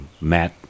Matt